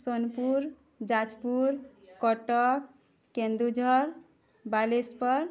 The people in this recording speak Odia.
ସୋନପୁର ଯାଜପୁର କଟକ କେନ୍ଦୁଝର ବାଲେଶ୍ପର